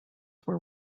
were